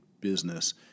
business